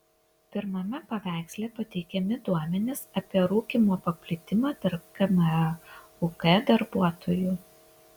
pirmame paveiksle pateikiami duomenys apie rūkymo paplitimą tarp kmuk darbuotojų